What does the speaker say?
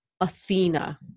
athena